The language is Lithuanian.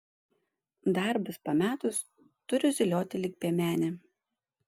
darbus pametus turiu zylioti lyg piemenė